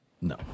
No